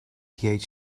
phd